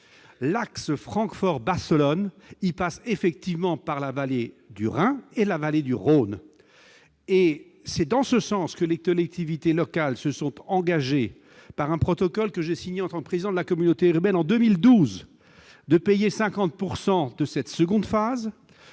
L'axe Francfort-Barcelone transite par la vallée du Rhin et celle du Rhône. C'est dans ce sens que les collectivités locales se sont engagées, par un protocole que j'ai signé en tant que président de la communauté urbaine en 2012, à payer 50 % de la seconde phase.